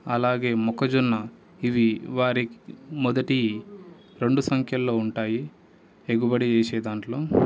అలాగే మొక్కజొన్న ఇవి వారి మొదటి రెండు సంఖ్యల్లో ఉంటాయి ఎగుబడి చేసే దాంట్లో